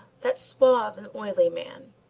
that suave and oily man?